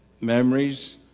memories